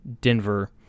Denver